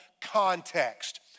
context